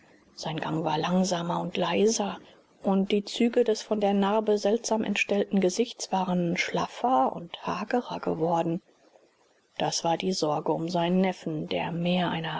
sein gang war langsamer und leiser und die züge des von der narbe seltsam entstellten gesichts waren schlaffer und hagerer geworden das war die sorge um seinen neffen der mehr einer